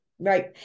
Right